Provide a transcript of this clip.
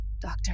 doctor